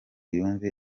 yumve